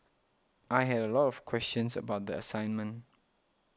I had a lot of questions about the assignment